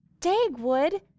Dagwood